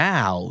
Now